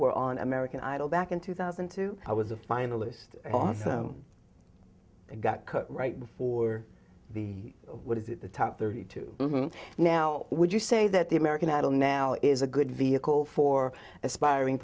were on american idol back in two thousand and two i was a finalist and got cut right before the what is it the top thirty two now would you say that the american idol now is a good vehicle for aspiring